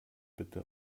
bitte